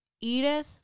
Edith